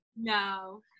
No